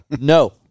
No